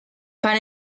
para